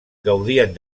gaudien